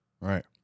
Right